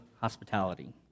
hospitality